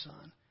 son